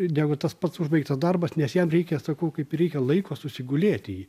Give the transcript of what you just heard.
negu tas pats užbaigtas darbas nes jam reikia sakau kaip reikia laiko susigulėti jį